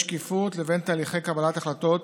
בין שקיפות לבין תהליכי קבלת החלטות